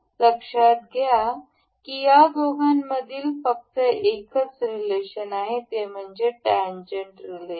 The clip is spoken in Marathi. लक्षात घ्या की या दोघांमधील फक्त एकच रीलेशन आहे म्हणजे टॅन्जेन्ट रीलेशन